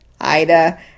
Ida